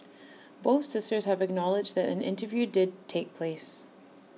both sisters have acknowledged that an interview did take place